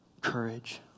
courage